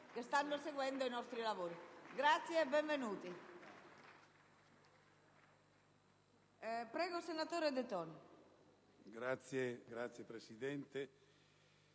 Grazie e benvenuti.